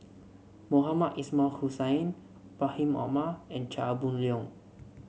Mohamed Ismail Hussain Rahim Omar and Chia Boon Leong